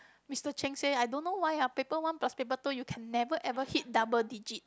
Mister Cheng say I don't know why ah paper one plus paper two you can never ever hit double digit